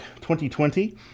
2020